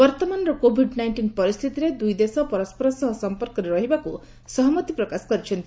ବର୍ତ୍ତମାନର covid nineteen ପରିସ୍ଥିତିରେ ଦୁଇ ଦେଶ ପରସ୍କର ସହ ସମ୍ପର୍କରେ ରହିବାକୁ ସହମତି ପ୍ରକାଶ କରିଛନ୍ତି